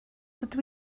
dydw